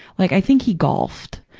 like, i think he golfed.